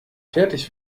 fertig